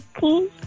key